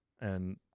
And-